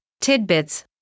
tidbits